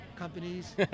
companies